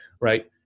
right